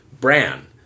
Bran